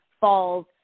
falls